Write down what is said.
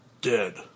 dead